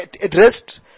addressed